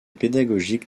pédagogique